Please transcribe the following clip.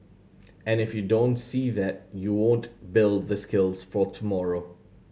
and if you don't see that you won't build the skills for tomorrow